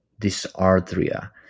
dysarthria